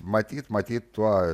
matyt matyt tuo